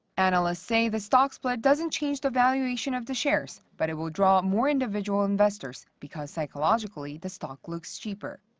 analysts say the stock split doesn't change the valuation of the shares, but it will draw more individual investors because psychologically the stock looks cheaper.